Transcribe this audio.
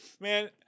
Man